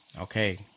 Okay